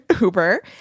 Uber